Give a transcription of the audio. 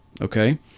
Okay